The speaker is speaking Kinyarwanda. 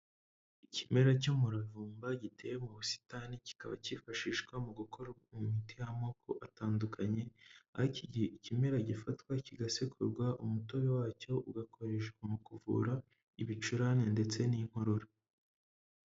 Ikimera cy'umuravumba giteye mu busitani, kikaba cyifashishwa mu gukora mu miti y'amoko atandukanye, aho iki kimera gifatwa kigasekurwa, umutobe wacyo ugakoreshwa mu kuvura ibicurane ndetse n'inkorora.